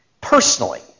personally